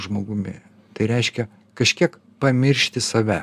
žmogumi tai reiškia kažkiek pamiršti save